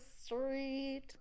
Street